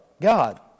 God